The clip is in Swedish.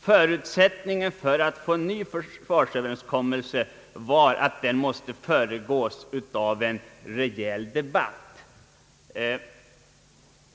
Förutsättningen för en ny försvarsöverenskommelse var att den skulle föregås av en rejäl debatt.